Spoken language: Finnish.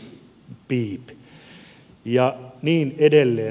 piip ja niin edelleen